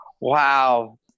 Wow